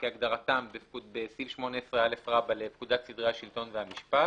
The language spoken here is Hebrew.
כהגדרתם בסעיף 18א לפקודת סדרי השלטון והמשפט,